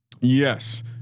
Yes